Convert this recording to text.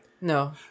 No